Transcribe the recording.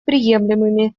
приемлемыми